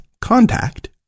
contact